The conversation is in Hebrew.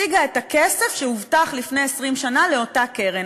השיגה את הכסף שהובטח לפני 20 שנה לאותה קרן.